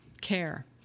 care